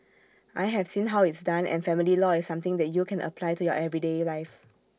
I have seen how it's done and family law is something that you can apply to your everyday life